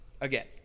again